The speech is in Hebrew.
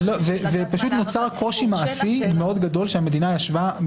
ופשוט נוצר קושי מעשי מאוד גדול המדינה ישבה,